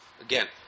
Again